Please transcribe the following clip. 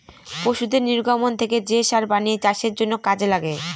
পশুদের নির্গমন থেকে যে সার বানিয়ে চাষের জন্য কাজে লাগে